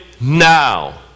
now